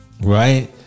right